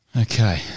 Okay